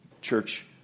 Church